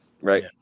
right